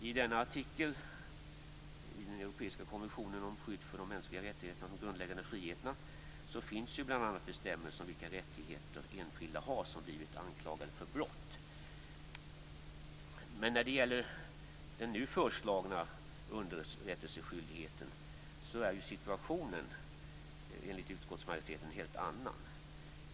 I denna artikel i den europeiska konventionen om skydd för de mänskliga rättigheterna och de grundläggande friheterna finns bl.a. bestämmelser om vilka rättigheter enskilda har som har blivit anklagade för brott. När det gäller den nu föreslagna underrättelseskyldigheten är situationen enligt utskottsmajoriteten en helt annan.